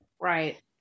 Right